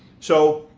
so